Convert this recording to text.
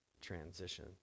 transition